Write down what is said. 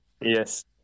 Yes